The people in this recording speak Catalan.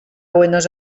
buenos